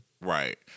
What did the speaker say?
right